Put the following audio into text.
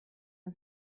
and